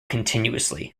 continuously